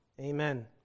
Amen